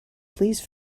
please